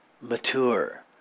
mature